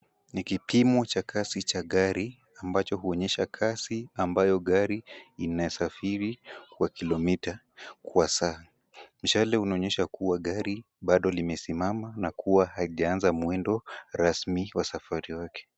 Ni kipimo cha kasi cha gari ambacho huonyesha kasi ambayo gari inasafiri kwa kilomita kwa saa. Mshale unaonyesha kuwa gari bado limesimama na kuwa haijaanza mwendo rasmi wa safari wake.